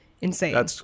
Insane